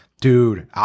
Dude